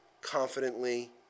confidently